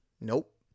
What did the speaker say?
Nope